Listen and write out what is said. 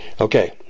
okay